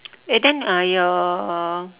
eh then uh your